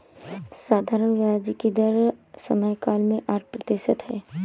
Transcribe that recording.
साधारण ब्याज की दर समयकाल में आठ प्रतिशत है